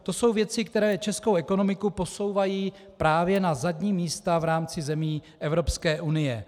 To jsou věci, které českou ekonomiku posouvají právě na zadní místa v rámci zemí Evropské unie.